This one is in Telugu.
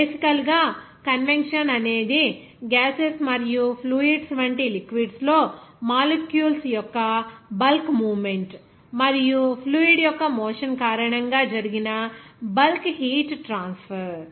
బేసికల్ గా కన్వెక్షన్ అనేది గ్యాసెస్ మరియు ఫ్లూయిడ్స్ వంటి లిక్విడ్స్ లో మాలిక్యూల్స్ యొక్క బల్క్ మూవ్మెంట్ మరియు ఫ్లూయిడ్ యొక్క మోషన్ కారణంగా జరిగిన బల్క్ హీట్ ట్రాన్స్ఫర్